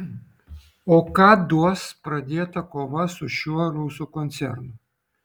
o ką duos pradėta kova su šiuo rusų koncernu